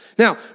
Now